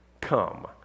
come